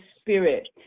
spirit